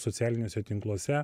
socialiniuose tinkluose